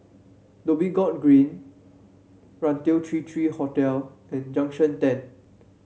Dhoby Ghaut Green Raintr Three Three Hotel and Junction Ten